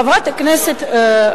חברת הכנסת,